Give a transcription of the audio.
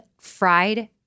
fried